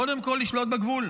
קודם כול, לשלוט בגבול.